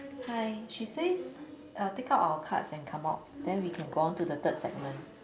hi she says uh take our cards and come out then we can go on to the third segment